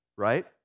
Right